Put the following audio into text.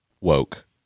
woke